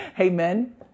amen